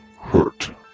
hurt